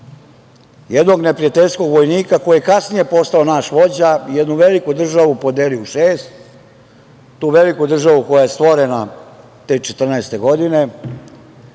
jednog neprijateljskog vojnika koji je kasnije postao naš vođa, jednu veliku državu podelio u šest, tu veliku državu koja je stvorena te 1914. godine. On